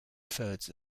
thirds